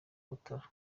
butaro